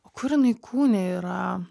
o kur jinai kūne yra